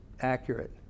accurate